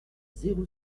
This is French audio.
zéro